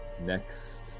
next